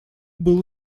было